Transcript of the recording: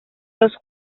los